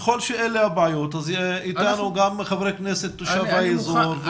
שאלה הבעיות אז איתנו גם חבר כנסת תושב האזור.